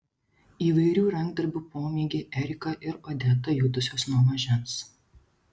įvairių rankdarbių pomėgį erika ir odeta jutusios nuo mažens